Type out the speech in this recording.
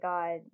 God